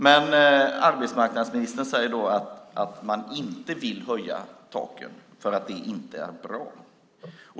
Men arbetsmarknadsministern säger att man inte vill höja taken för att det inte är bra.